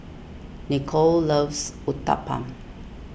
Nicolle loves Uthapam